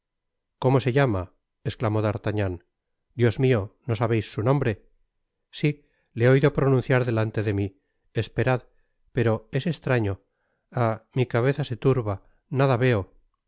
cómo se llama esclamó d'artagnan dios mio no sabeis su nombre si le he oido pronunciar delante de mi espera pero es estraño ah mi cabeza se turba nada veo